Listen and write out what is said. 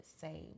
say